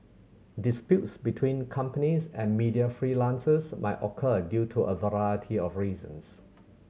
disputes between companies and media freelancers might occur due to a of reasons